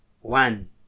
One